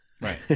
Right